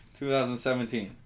2017